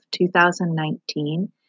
2019